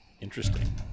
interesting